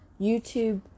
YouTube